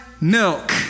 milk